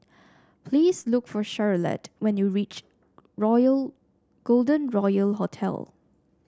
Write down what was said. please look for Charolette when you reach Royal Golden Royal Hotel